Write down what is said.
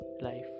life